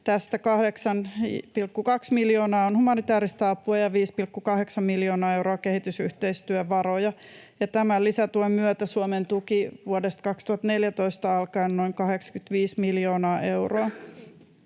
Tästä 8,2 miljoonaa on humanitääristä apua ja 5,8 miljoonaa euroa kehitysyhteistyövaroja. Tämän lisätuen myötä Suomen tuki vuodesta 2014 alkaen on noin 85 miljoonaa euroa.